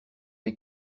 les